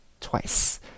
twice